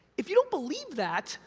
if you don't believe that,